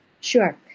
Sure